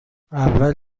اول